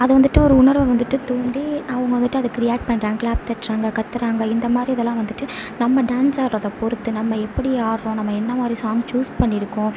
அது வந்துட்டு ஒரு உணர்வை வந்துட்டு தூண்டி அவங்க வந்துட்டு அதுக்கு ரியாக்ட் பண்ணுறாங்க க்ளாப் தட்டுறாங்க கத்துறாங்க இந்தமாதிரி இதெல்லாம் வந்துட்டு நம்ம டான்ஸ் ஆடுறத பொறுத்து நம்ம எப்படி ஆடுறோம் நம்ம என்னமாதிரி சாங் சூஸ் பண்ணியிருக்கோம்